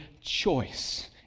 choice